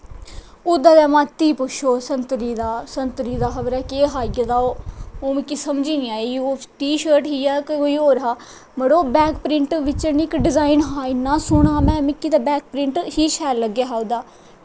ओह्दा ते मत गै पुच्छो संतरी दा संतरी दा खबरै केह् हा आई दा ओह् ओह् मिगी समझ गै निं आई टीशर्ट ही जां कोई होर हा मड़ो बैक प्रिंट बिच्च इक डिजाइन हा इन्ना सोह्ना में ते मिगी ते बैक प्रिंट ही शैल लग्गेआ हा ओह्दा